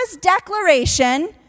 declaration